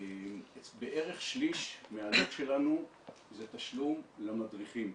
בערך שליש מהעלות שלנו זה תשלום למדריכים.